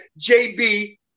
JB